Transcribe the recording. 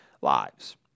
lives